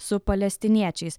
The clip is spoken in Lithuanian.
su palestiniečiais